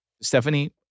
Stephanie